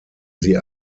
sie